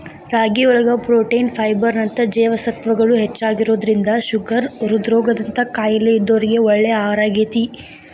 ರಾಗಿಯೊಳಗ protein, fibre ನಂತ ಜೇವಸತ್ವಗಳು ಹೆಚ್ಚಾಗಿರೋದ್ರಿಂದ ಶುಗರ್, ಹೃದ್ರೋಗ ದಂತ ಕಾಯಲೇ ಇದ್ದೋರಿಗೆ ಒಳ್ಳೆ ಆಹಾರಾಗೇತಿ